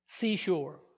seashore